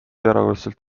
erakordselt